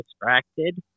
distracted